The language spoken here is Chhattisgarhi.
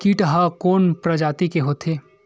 कीट ह कोन प्रजाति के होथे?